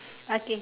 okay